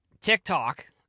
TikTok